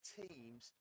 teams